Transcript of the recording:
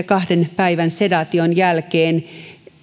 kahden päivän sedaation jälkeen